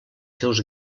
seus